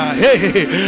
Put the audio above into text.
hey